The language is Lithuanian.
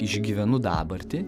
išgyvenu dabartį